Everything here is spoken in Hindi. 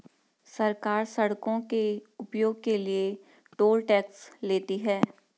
सरकार सड़कों के उपयोग के लिए टोल टैक्स लेती है